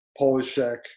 Polishek